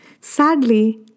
Sadly